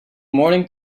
morning